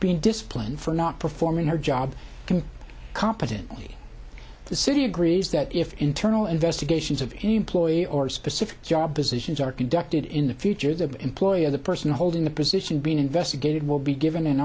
being disciplined for not performing her job can competently the city agrees that if internal investigations of employee or specific job positions are conducted in the future the employee or the person holding the position being investigated will be given an